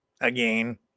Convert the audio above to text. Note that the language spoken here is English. again